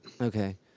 Okay